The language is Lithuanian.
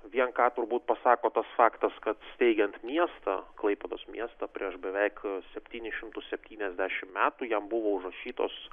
vien ką turbūt pasako tas faktas kad steigiant miestą klaipėdos miestą prieš beveik septynis šimtus septyniasdešimt metų jam buvo užrašytos